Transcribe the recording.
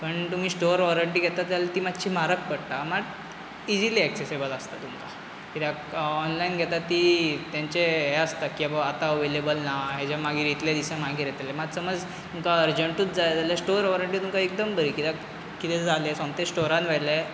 पण तुमी store warranty घेता जाल्यार ती मात्शी म्हारग पडटा मात इजिली एक्सॅसिबल आसता तुमकां कित्याक ऑनलायन घेतात ती तेंचें हें आसता की आबा आतां अवेलेबल ना हेज्या मागीर इतले दिसा मागीर येतलें मात समज तुमकां अर्जण्टूत जाय जाल्या स्टोर वॉरंटी तुमकां एकदम बरी कित्याक कितें जालें सोमतें स्टोरान व्हेलें